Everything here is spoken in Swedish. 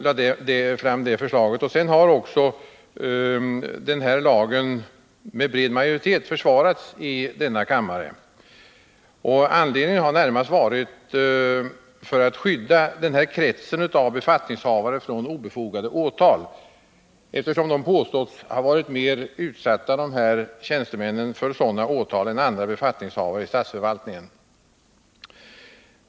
Lagen har sedan också med bred majoritet försvarats i denna kammare. Anledningen har närmast varit att skydda den här kretsen av befattningshavare mot obefogade åtal, eftersom dessa tjänstemän har påståtts ha varit mer utsatta för sådana åtal än andra befattningshavare i statsförvaltningen.